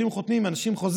שאם אנשים חותמים על חוזה,